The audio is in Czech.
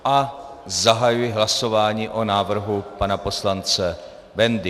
A zahajuji hlasování o návrhu pana poslance Bendy.